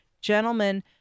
Gentlemen